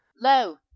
Lo